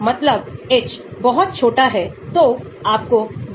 तो शुरू में यह अधिकतम तक पहुँचता है और फिर नीचे आता है